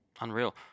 unreal